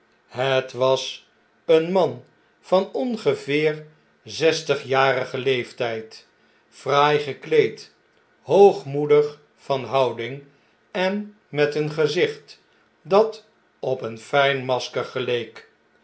het was een man van ongeveer zestigjarigen leeftgd fraai gekleed hoogmoedig van houding en met een gezicht dat op een fijn masker geleek